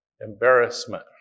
embarrassment